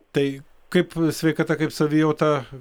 tai kaip sveikata kaip savijauta